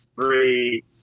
three